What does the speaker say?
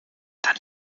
dann